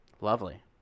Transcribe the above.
Lovely